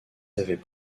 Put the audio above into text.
avaient